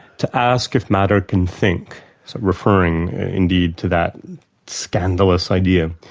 to ask if matter can think, so referring indeed to that scandalous idea,